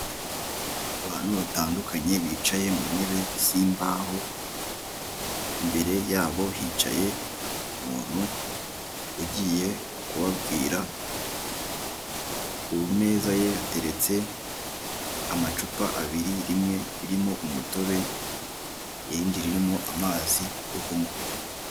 Abantu batandukanye bicaye mu ntebe z'imbaho, imbere yabo hicaye umuntu ugiye kubabwira, ku meza ye hateretse amacupa abiri, rimwe ririmo umutobe, irindi ririmo amazi yo kunywa.